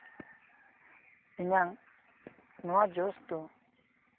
ᱤᱧᱟᱹᱜ ᱱᱚᱣᱟ ᱡᱳᱥ ᱫᱚ